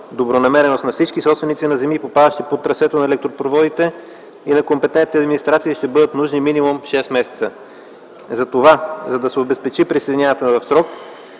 добронамереност на всички собственици на земи, попадащи под трасето на електропроводите и на компетентните администрации, ще бъдат нужни минимум шест месеца. За да се обезпечи присъединяването в срок,